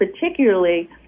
particularly